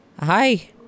Hi